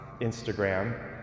Instagram